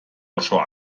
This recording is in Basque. osoa